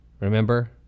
remember